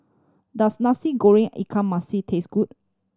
does Nasi Goreng ikan masin taste good